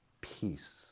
peace